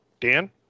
Dan